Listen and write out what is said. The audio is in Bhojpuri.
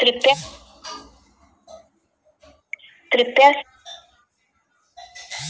bank of India, Punjab national bank अउरी स्टेट बैंक ऑफ़ इंडिया इ सब बड़ बैंकन में आवेला